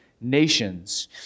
nations